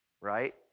right